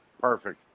Perfect